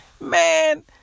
man